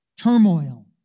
turmoil